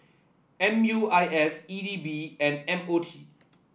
M U I S E D B and M O T